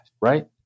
right